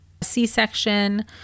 C-section